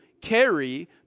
carry